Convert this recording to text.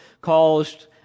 caused